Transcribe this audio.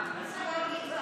תעשי מה שאת מבינה.